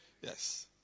Yes